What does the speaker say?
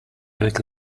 avec